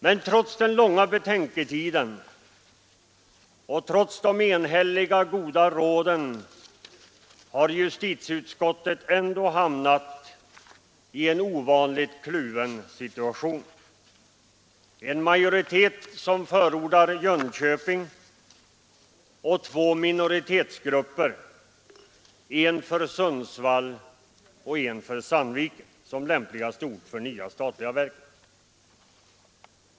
Men trots den långa betänketiden och trots de enhälliga goda råden har justitieutskottet hamnat i en ovanligt kluven situation — en majoritet som förordar Jönköping och två minoritetsgrupper, en för Sundsvall och en för Sandviken som lämpligaste ort för det nya statliga verket.